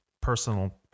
personal